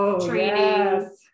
training